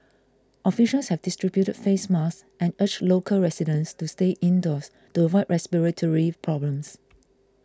officials have distributed face masks and urged local residents to stay indoors to avoid respiratory problems